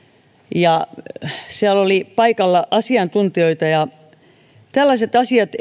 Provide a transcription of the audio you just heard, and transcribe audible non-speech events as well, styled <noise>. ja siellä oli paikalla asiantuntijoita tällaiset asiat <unintelligible>